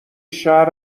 شهر